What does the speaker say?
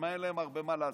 למה אין להם הרבה מה לעשות.